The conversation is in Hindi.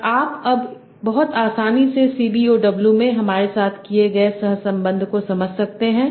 और आप अब बहुत आसानी से सीबीओडब्ल्यू में हमारे साथ किए गए सहसंबंध को समझ सकते हैं